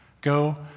Go